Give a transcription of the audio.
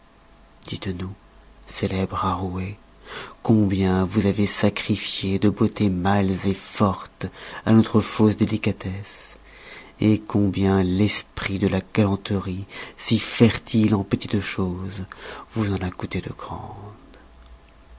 dites-nous célèbre arouet combien vous avez sacrifié de beautés mâles fortes à notre fausse délicatesse combien l'esprit de la galanterie si fertile en petites choses vous en a coûté de grandes